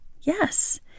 yes